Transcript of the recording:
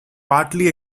partly